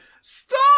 stop